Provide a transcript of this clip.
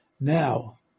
Now